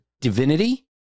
divinity